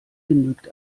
genügt